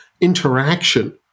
interaction